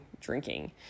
drinking